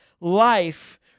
life